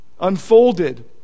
unfolded